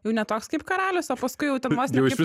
jau ne toks kaip karalius o paskui jau ten vos ne kaip